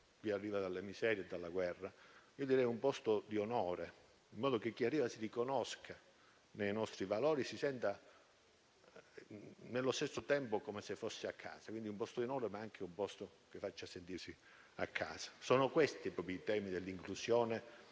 chi arriva dalle miserie e dalla guerra, ma un posto d'onore, in modo che chi arriva si riconosca nei nostri valori e si senta, nello stesso tempo, a casa; quindi un posto d'onore, ma anche un posto che lo faccia sentire a casa. Sono proprio questi i temi dell'inclusione